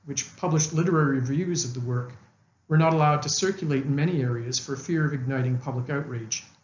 which published literary reviews of the work we're not allowed to circulate in many areas for fear of igniting public outrage.